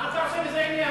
מה אתה עושה מזה עניין?